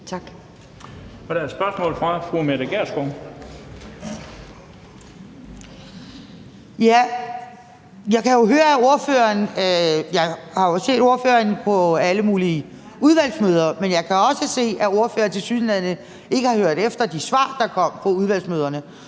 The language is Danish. Jeg har jo set ordføreren på alle mulige udvalgsmøder, men jeg kan også se, at ordføreren tilsyneladende ikke har hørt efter de svar, der kom på udvalgsmøderne,